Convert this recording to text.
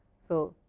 so,